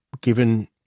given